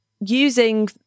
using